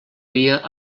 via